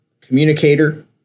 communicator